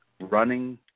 running